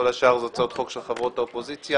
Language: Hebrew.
כל השאר הן הצעות חוק של חברות האופוזיציה.